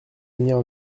venir